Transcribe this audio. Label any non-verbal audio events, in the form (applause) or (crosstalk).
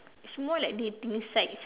it's more like dating sites (laughs)